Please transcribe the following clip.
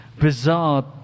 bizarre